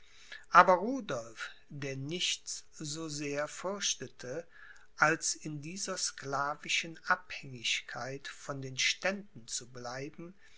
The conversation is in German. aber rudolph der nichts so sehr fürchtete als in dieser sklavischen abhängigkeit von den ständen zu bleiben